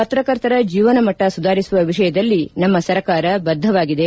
ಪತ್ರಕರ್ತರ ಜೀವನ ಮಟ್ಟ ಸುಧಾರಿಸುವ ವಿಷಯದಲ್ಲಿ ನಮ್ಮ ಸರ್ಕಾರ ಬದ್ದವಾಗಿದೆ